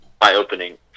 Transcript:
eye-opening